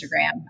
Instagram